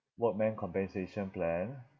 workmen compensation plan